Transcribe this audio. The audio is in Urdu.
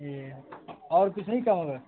جی اور کچھ نہیں کم ہوگا